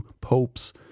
Popes